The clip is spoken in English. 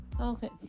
Okay